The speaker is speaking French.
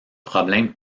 problèmes